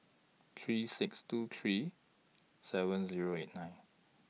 three six two three seven Zero eight nine